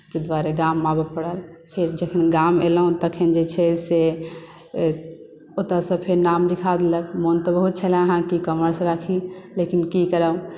ताहि दुआरे गाम आबय पड़ल फेर जखन गाम एलहुँ तखन जे छै से ओतयसँ फेर नाम लिखा देलक मोनमे तऽ बहुत छलए हेँ जे कॉमर्स राखी लेकिन की करब